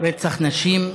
רצח נשים,